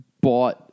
bought